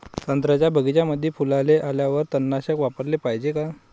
संत्र्याच्या बगीच्यामंदी फुलाले आल्यावर तननाशक फवाराले पायजे का?